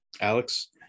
Alex